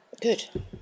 good